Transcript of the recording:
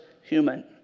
human